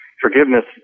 Forgiveness